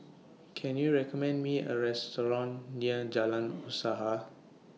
Can YOU recommend Me A Restaurant near Jalan Usaha